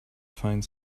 find